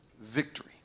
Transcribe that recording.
victory